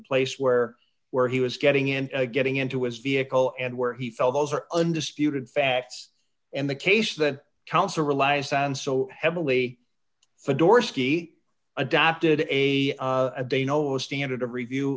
place where where he was getting into getting into his vehicle and where he fell those are undisputed facts and the case that counsel relies on so heavily for dorsey adopted a day no standard of review